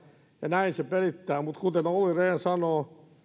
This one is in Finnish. ja näin se pelittää mutta kuten olli rehn sanoo